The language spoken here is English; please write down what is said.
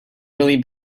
really